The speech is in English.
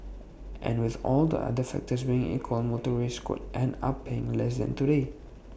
and with all the other factors being equal motorists could end up paying less than today